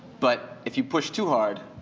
but if you push too hard,